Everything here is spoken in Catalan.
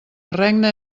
regna